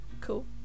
cool